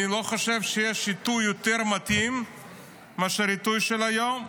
אני לא חושב שיש עיתוי יותר מתאים מאשר העיתוי של היום.